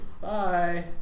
Bye